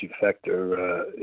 factor